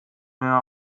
mehr